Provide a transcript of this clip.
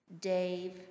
Dave